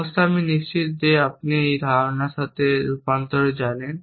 অবশ্যই আমি নিশ্চিত যে আপনি এখন এই ধারণার সাথে রূপান্তর জানেন